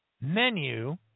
menu